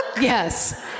yes